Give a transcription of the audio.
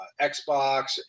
Xbox